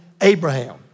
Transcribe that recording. Abraham